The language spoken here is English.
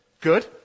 Good